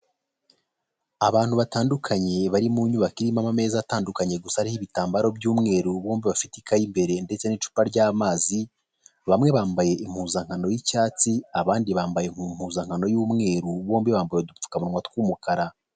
Abantu batandukanye bari mu nyubako irimo ameza atandukanye gusa ari ibitambaro by'umweru bombi bafite ikayeimbere ndetse n'icupa ry'amazi, bamwe bambaye impuzankano y'icyatsi abandi bambaye impuzankano y'umweru bombi bambaye udupfukamunwa tw'umukara.